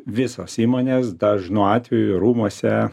visos įmonės dažnu atveju rūmuose